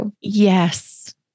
Yes